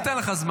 אני אתן לך זמן.